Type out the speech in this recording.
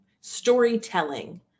storytelling